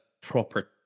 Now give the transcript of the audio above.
proper